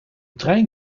trein